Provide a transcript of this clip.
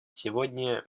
сегодня